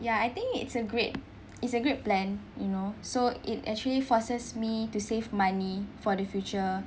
ya I think it's a great it's a great plan you know so it actually forces me to save money for the future